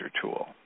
tool